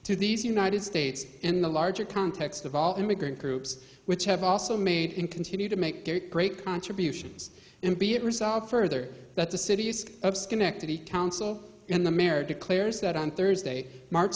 to these united states in the larger context of all immigrant groups which have also made in continue to make great contributions and be a result further that the city of schenectady council and the mayor declares that on thursday march